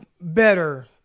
better